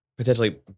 Potentially